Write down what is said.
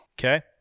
Okay